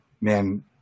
man